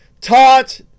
taught